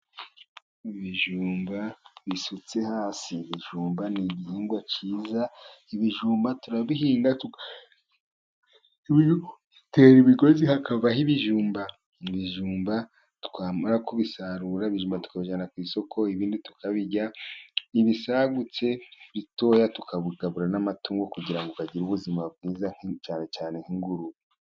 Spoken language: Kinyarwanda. Ibijumba bisutse hasi " igijumba ni igihingwa cyiza" Ibijumba turabihinga, dutera imigozi hakava ibijumba. Ibijumba twamara kubisarura tukabijyana ku isoko, ibindi tukabirya ibisagutse bitoya tukabigaburira n' amatungo, kugira ngo agire ubuzima bwiza cyane nk' ingurube.